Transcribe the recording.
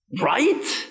Right